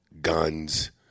guns